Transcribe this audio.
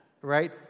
right